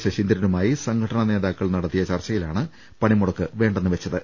ശശീന്ദ്ര നുമായി സംഘടനാനേതാക്കൾ നടത്തിയ ചർച്ചയിലാണ് പണിമുടക്ക് വേണ്ടെന്നു വെച്ചത്